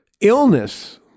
illness